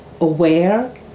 aware